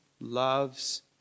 loves